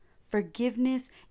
Forgiveness